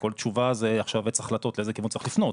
כל תשובה זה עכשיו עץ החלטות לאיזה כיוון צריך לפנות,